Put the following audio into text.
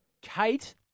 Kate